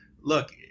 Look